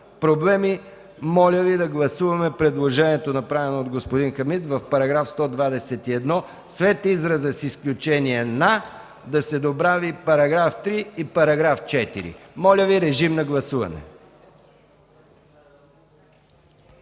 проблеми, моля Ви да гласуваме предложението, направено от господи Хамид – в § 121 след израза „с изключение на” да се добави „§ 3 и § 4”. Моля, режим на гласуване.